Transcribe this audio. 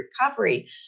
recovery